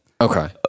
Okay